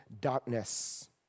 darkness